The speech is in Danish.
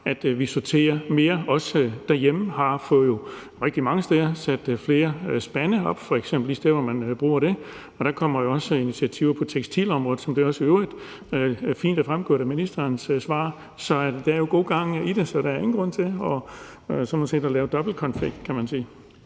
at vi sorterer mere, også derhjemme. Vi har f.eks. rigtig mange steder fået sat flere spande op de steder, hvor man bruger det. Der kommer jo også initiativer på tekstilområdet, som det i øvrigt også fint er fremgået af ministerens svar. Så der er jo godt gang i det, og derfor er der sådan set ingen grund til at lave dobbeltkonfekt, kan man sige.